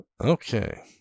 Okay